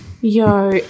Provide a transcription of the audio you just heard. Yo